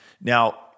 Now